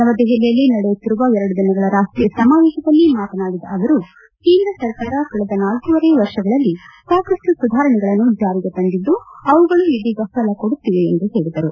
ನವದೆಪಲಿಯಲ್ಲಿ ನಡೆಯುತ್ತಿರುವ ಎರಡು ದಿನಗಳ ರಾಷ್ಷೀಯ ಸಮಾವೇಶದಲ್ಲಿ ಮಾತನಾಡಿದ ಅವರು ಕೇಂದ್ರ ಸರ್ಕಾರ ಕಳೆದ ನಾಲ್ಕೂವರೆ ವರ್ಷಗಳಲ್ಲಿ ಸಾಕಷ್ಟು ಸುಧಾರಣೆಗಳನ್ನು ಜಾರಿಗೆ ತಂದಿದು ಅವುಗಳು ಇದೀಗ ಫಲಕೊಡುತ್ತಿವೆ ಎಂದು ಹೇಳಿದರು